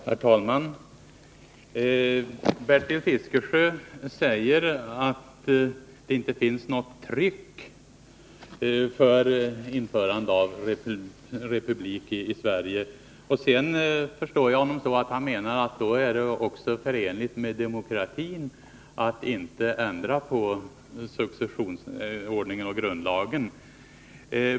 Herr talman! Bertil Fiskesjö säger att det inte finns något tryck för införande av republik i Sverige. Sedan förstår jag honom så, att han menar att det då också är förenligt med demokratin att inte ändra på successionsordningen och grundlagen.